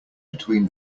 between